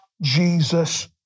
Jesus